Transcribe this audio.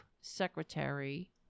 secretary